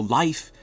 life